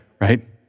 Right